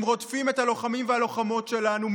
הם רודפים את הלוחמים והלוחמות שלנו,